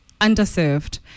underserved